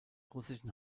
russischen